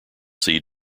see